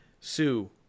Sue